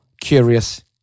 curious